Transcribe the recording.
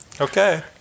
Okay